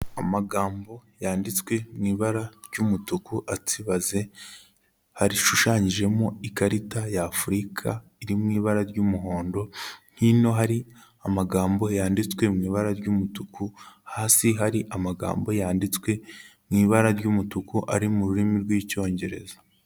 Amagambo yanditswe mu ibara ry'umutuku atsibaze, rishushanyijemo ikarita ya Afurika iri mu ibara ry'umuhondo, hino hari amagambo yanditswe mu ibara ry'umutuku, hasi hari amagambo yanditswe mu ibara ry'umutuku ari mu rurimi rw'Icyongereza.